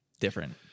different